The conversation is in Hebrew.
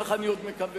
כך אני עוד מקווה.